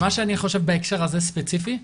מה שאני חושב, בהקשר הזה ספציפית - הנה,